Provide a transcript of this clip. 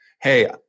Hey